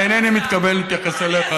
אבל אינני מתכוון להתייחס אליך,